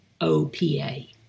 OPA